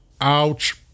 Ouch